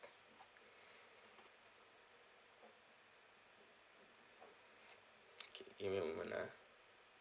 okay give me a moment ah